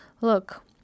look